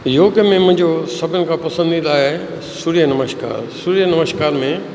योग में मुंहिंजो सभिनि खां पसंदीदा आहे सूर्य नमस्कार सूर्य नमस्कार में